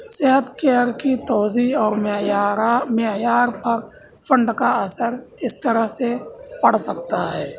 صحت کیئر کی توضیع اور معیار پر فنڈ کا اثر اس طرح سے پڑ سکتا ہے